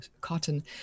cotton